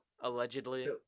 Allegedly